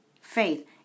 faith